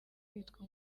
kwitwa